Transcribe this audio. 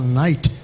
night